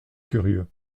curieux